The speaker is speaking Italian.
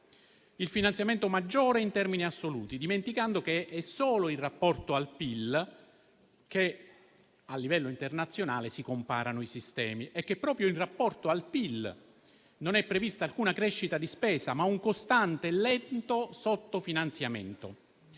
il finanziamento maggiore in termini assoluti. Si è dimenticato di dire, però, che è solo in rapporto al PIL che a livello internazionale si comparano i sistemi e che proprio in rapporto al PIL non è prevista alcuna crescita di spesa, ma è previsto un costante e lento sottofinanziamento.